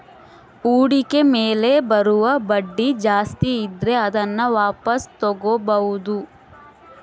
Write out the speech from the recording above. ಹೂಡಿಕೆ ಮೇಲೆ ಬರುವ ಬಡ್ಡಿ ಜಾಸ್ತಿ ಇದ್ರೆ ಅದನ್ನ ವಾಪಾಸ್ ತೊಗೋಬಾಹುದು